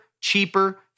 cheaper